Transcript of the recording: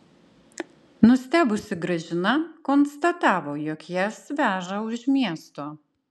nustebusi gražina konstatavo jog jas veža už miesto